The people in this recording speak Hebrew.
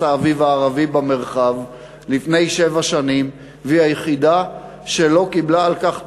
"האביב הערבי" במרחב לפני שבע שנים והיא היחידה שלא קיבלה על כך תמורה,